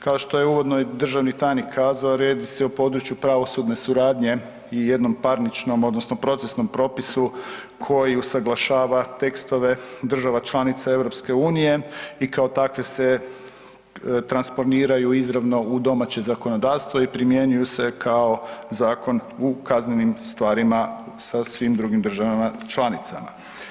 Kao što je uvodno državni tajnik kazao … se u području pravosudne suradnje i jednom parničnom odnosno procesnom propisu koji usuglašava tekstove država članica EU i kao takve se transponiraju izravno u domaće zakonodavstvo i primjenjuju se kao zakon u kaznenim stvarima sa svim drugim državama članicama.